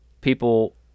People